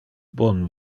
bon